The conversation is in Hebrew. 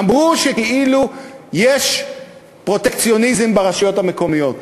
אמרו שכאילו יש פרוטקציוניזם ברשויות המקומיות.